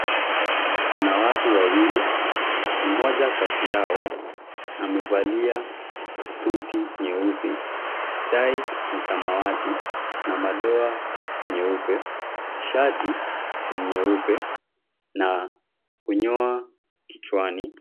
Kuna watu wawili. Mmoja kati yao amevalia suti nyeusi, tai ya samawati na madoa nyeupe, shati nyeupe na kunyoa kichwani.